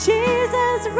Jesus